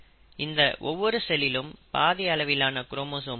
இந்த ஒவ்வொரு செல்லிலும் பாதி அளவிலான குரோமோசோம்கள் இருக்கும்